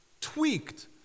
tweaked